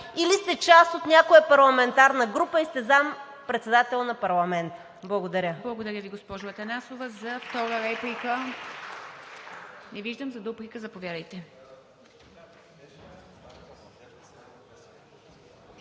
или сте част от някоя парламентарна група и сте заместник-председател на парламента? Благодаря.